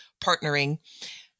partnering